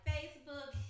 Facebook